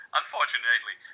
unfortunately